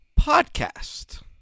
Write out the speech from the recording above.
podcast